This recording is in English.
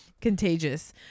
contagious